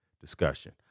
Discussion